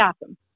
awesome